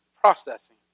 processing